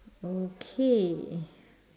okay